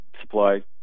supply